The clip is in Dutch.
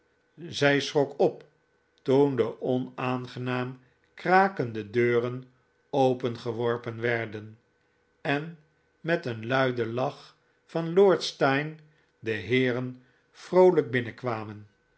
zij schrok op toen de onaangenaam krakende deuren opengeworpen werden en met een iuiden iach van lord steyne de heeren vroolijk binnenkwamen